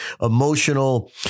emotional